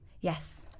Yes